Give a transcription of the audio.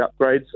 upgrades